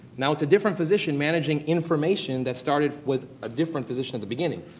now it's a different physician managing information that started with a different physician at the beginning.